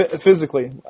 physically